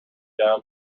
done